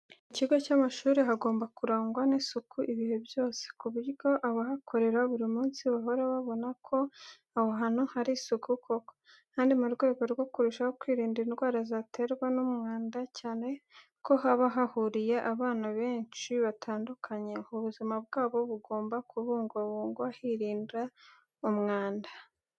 Mu kigo cy'amashuri hagomba kurangwa n'isuku ibihe byose, ku buryo abahakorera buri munsi bahora babona ko aho hantu hari isuku koko. Kandi mu rwego rwo kurushaho kwirinda indwara zaterwa n'umwana cyane ko haba hahuriye abana benshi batandukanye, ubuzima bwabo bugomba kubungwabungwa hirindwa umwanda.